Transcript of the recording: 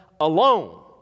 alone